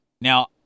Now